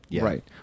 Right